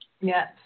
Yes